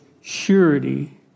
surety